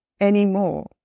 anymore